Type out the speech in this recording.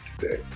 today